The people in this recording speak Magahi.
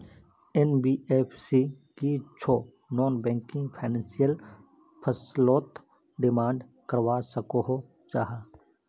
एन.बी.एफ.सी की छौ नॉन बैंकिंग फाइनेंशियल फसलोत डिमांड करवा सकोहो जाहा?